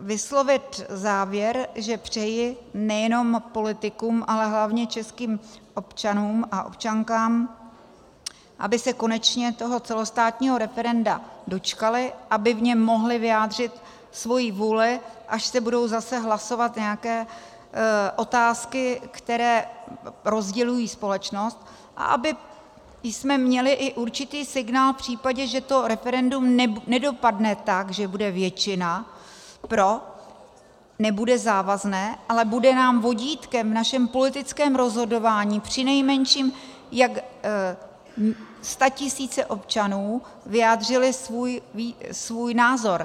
vyslovit závěr, že přeji nejenom politikům, ale hlavně českým občanům a občankám, aby se konečně toho celostátního referenda dočkali, aby v něm mohli vyjádřit svoji vůli, až se budou zase hlasovat nějaké otázky, které rozdělují společnost, a abychom měli i určitý signál v případě, že referendum nedopadne tak, že bude většina pro, nebude závazné, ale bude nám vodítkem v našem politickém rozhodování, přinejmenším jak statisíce občanů vyjádřily svůj názor.